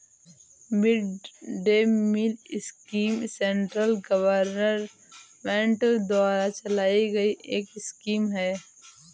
mid day meal scheme central government द्वारा चलाई गई एक स्कीम है